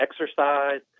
exercise